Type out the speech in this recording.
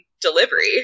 delivery